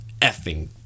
effing